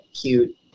cute